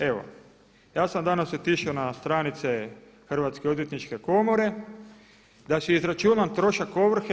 Evo ja sam danas otišao na stranice Hrvatske odvjetničke komore da si izračuna trošak ovrhe.